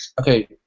Okay